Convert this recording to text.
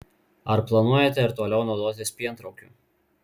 ar planuojate ir toliau naudotis pientraukiu